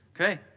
Okay